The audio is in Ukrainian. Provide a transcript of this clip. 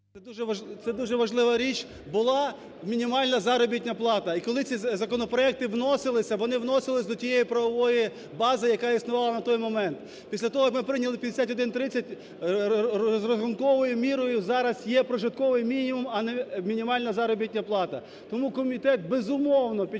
Це дуже важлива річ. Була мінімальна заробітна плата, і коли ці законопроекти вносились, вони вносились до тієї правової бази, яка існувала на той момент. Після того ми прийняли 5130, розрахунковою мірою зараз є прожитковий мінімум, а не мінімальна заробітна плата. Тому комітет, безумовно, під час